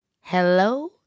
Hello